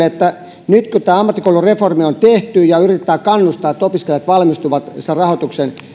että nyt kun tämä ammattikoulureformi on tehty ja yritetään kannustaa että opiskelijat valmistuvat sen rahoituksen